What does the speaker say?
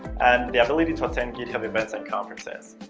and the ability to attend github events and conferences.